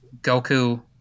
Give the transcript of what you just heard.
Goku